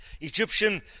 Egyptian